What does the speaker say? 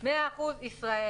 00 אחוזים ישראל.